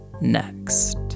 next